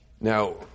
Now